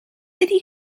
ydy